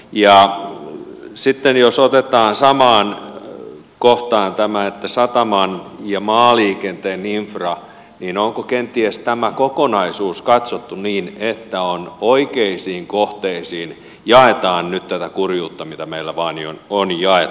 ja sitten jos otetaan samaan kohtaan tämä sataman ja maaliikenteen infra onko kenties tämä kokonaisuus katsottu niin että oikeisiin kohteisiin jaetaan nyt tätä kurjuutta mitä meillä vain on jaettavana